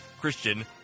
Christian